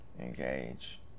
engage